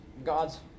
God's